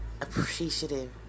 appreciative